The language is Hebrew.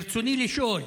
ברצוני לשאול: